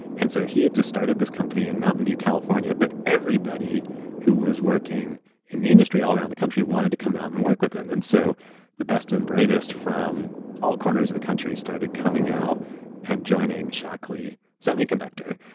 and so he had just started this company in mountain view, california but everybody who was working in the industry all around the country wanted to come out and work with him. and so the best and brightest from all corners of the country started coming out and joining shockley semiconductor.